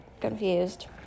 confused